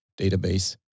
database